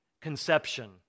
conception